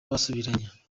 basubiranye